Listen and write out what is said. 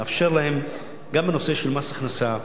לאפשר להם גם בנושא של מס הכנסה,